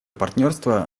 партнерство